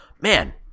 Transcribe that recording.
Man